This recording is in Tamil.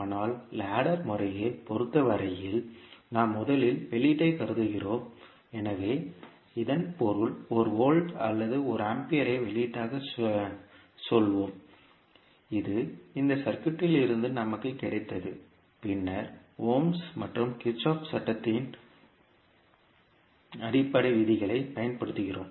ஆனால் லேடர் முறையைப் பொறுத்தவரையில் நாம் முதலில் வெளியீட்டைக் கருதுகிறோம் எனவே இதன் பொருள் ஒரு வோல்ட் அல்லது ஒரு ஆம்பியரை ஒரு வெளியீடாகச் சொல்வோம் இது இந்த சர்க்யூட்லிருந்து நமக்குக் கிடைத்தது பின்னர் ஓம்ஸ் Ohm's மற்றும் கிர்ச்சோஃப் சட்டத்தின் kirchoff's law அடிப்படை விதிகளைப் பயன்படுத்துகிறோம்